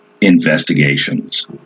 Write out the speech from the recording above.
investigations